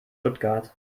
stuttgart